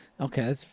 Okay